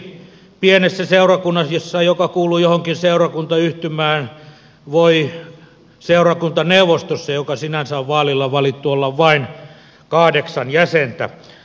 esimerkiksi pienessä seurakunnassa joka kuuluu johonkin seurakuntayhtymään voi seurakuntaneuvostossa joka sinänsä on vaalilla valittu olla vain kahdeksan jäsentä